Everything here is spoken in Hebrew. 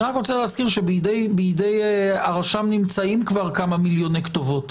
אני רק רוצה להזכיר שבידי הרשם נמצאות כבר כמה מיליוני כתובות